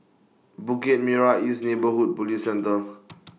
Bukit Merah East Neighbourhood Police Centre